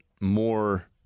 more